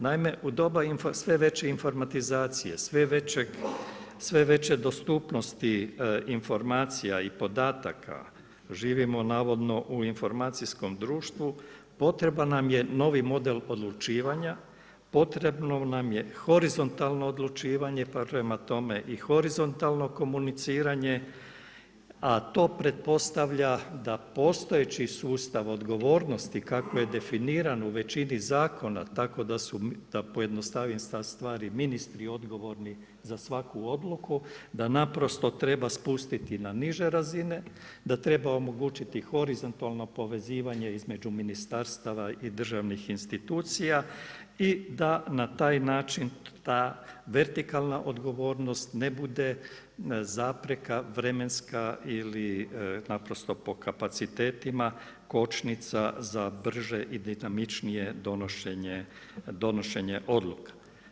Naime, u doba sve veće informatizacije, sve veće dostupnosti informacija i podataka živimo navodno u informacijskom društvu, potreban nam je novi model odlučivanja, potrebno nam je horizontalno odlučivanje pa prema tome i horizontalno komuniciranje, a to pretpostavlja da postojeći sustav odgovornosti kako je definiran u većini zakona tako da pojednostavim sada stvari, ministri odgovorni za svaku odluku da naprosto treba spustiti na niže razine, da treba omogućiti horizontalno povezivanje između ministarstava i državnih institucija i da na taj način vertikalna odgovornost ne bude zapreka vremenska ili naprosto po kapacitetima kočnica za brže i dinamičnije donošenje odluka.